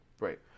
right